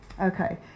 Okay